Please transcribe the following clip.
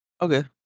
Okay